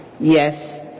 Yes